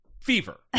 fever